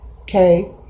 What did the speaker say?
okay